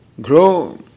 grow